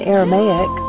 Aramaic